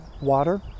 water